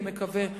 אני מקווה,